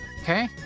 Okay